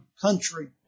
country